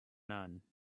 none